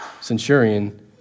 centurion